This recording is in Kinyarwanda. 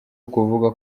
ukuvuga